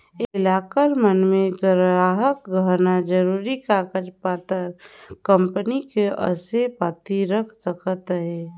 ये लॉकर मन मे गराहक गहना, जरूरी कागज पतर, कंपनी के असे पाती रख सकथें